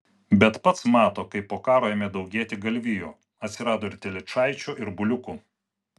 bet pats mato kaip po karo ėmė daugėti galvijų atsirado ir telyčaičių ir buliukų